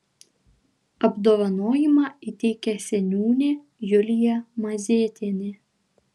apdovanojimą įteikė seniūnė julija mazėtienė